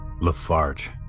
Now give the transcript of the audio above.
Lafarge